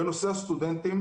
בנושא הסטודנטים,